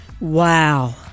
Wow